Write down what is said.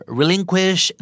relinquish